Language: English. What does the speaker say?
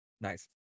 Nice